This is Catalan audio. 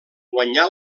guanyà